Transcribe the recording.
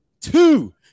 two